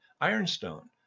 Ironstone